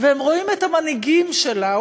הם רואים את המנהיגים שלה,